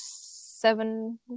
seven